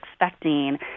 Expecting